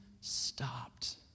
stopped